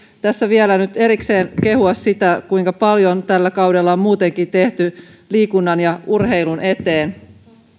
tässä vielä nyt erikseen kehua sitä kuinka paljon tällä kaudella muutenkin on tehty liikunnan ja urheilun eteen